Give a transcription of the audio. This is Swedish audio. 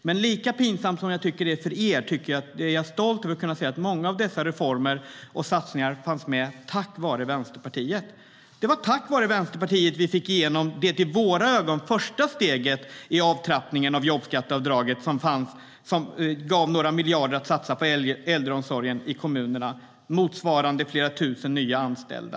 Men lika pinsamt som jag tycker att det är för er, lika stolt är jag över att kunna säga att många av dessa reformer och satsningar fanns med tack vare Vänsterpartiet. Det var tack vare Vänsterpartiet vi fick igenom det i våra ögon första steget i avtrappningen av jobbskatteavdraget, vilket gav några miljarder att satsa på äldreomsorgen i kommunerna - motsvarande flera tusen nya anställda.